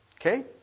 Okay